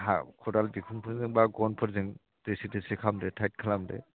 हा खदाल बिखुंफोरजों बा गनफोरजों दोसो दोसो खालामदो टाइड खालामदो